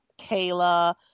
Kayla